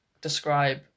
describe